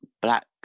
black